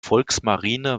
volksmarine